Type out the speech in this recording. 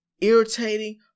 irritating